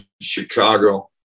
Chicago